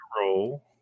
roll